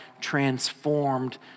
transformed